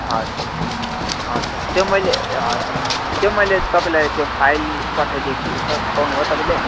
हवस् हवस् सर त्यो मैले हवस् सर त्यो मैले तपाईँलाई त्यो फाइल पठाइदिएको थिएँ सर पाउनु भयो तपाईँले